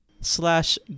slash